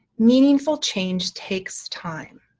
meaningful change takes time.